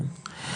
כן,